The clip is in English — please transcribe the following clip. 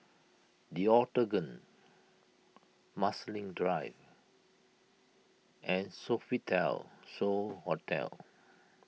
the Octagon Marsiling Drive and Sofitel So Hotel